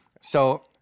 So-